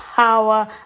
power